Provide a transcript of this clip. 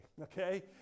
okay